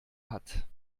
hat